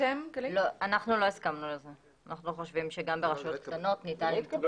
אנחנו חושבים שגם ברשויות קטנות ניתן למצוא חמישה אנשים.